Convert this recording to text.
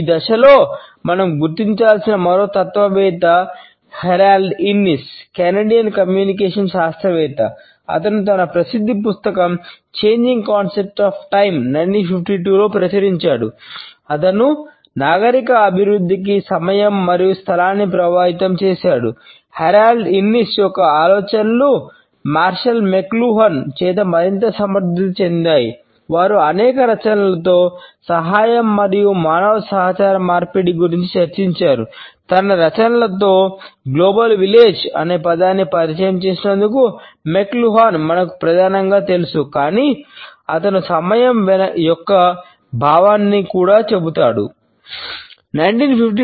ఈ దశలో మనం గుర్తించాల్సిన మరో తత్వవేత్త మనకు ప్రధానంగా తెలుసు కాని అతను సమయం యొక్క భావన గురించి కూడా మాట్లాడాడు